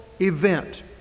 event